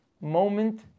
moment